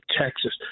texas